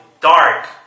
dark